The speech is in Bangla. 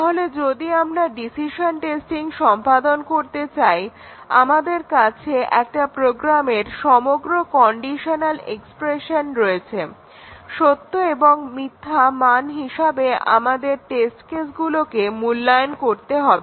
তাহলে যদি আমরা ডিসিশন টেস্টিং সম্পাদন করতে চাই আমাদের কাছে একটা প্রোগ্রামের সমগ্র কন্ডিশনাল এক্সপ্রেশন রয়েছে সত্য এবং মিথ্যা মান হিসাবে আমাদের টেস্ট কেসগুলোকে মূল্যায়ন করতে হবে